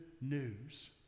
news